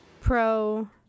Pro